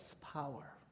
power